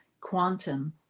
quantum